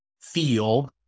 feel